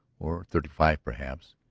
or thirty-five, perhaps.